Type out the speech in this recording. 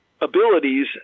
abilities